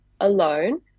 alone